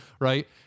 Right